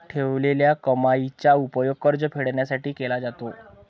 ठेवलेल्या कमाईचा उपयोग कर्ज फेडण्यासाठी केला जातो